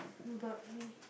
how about me